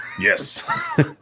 Yes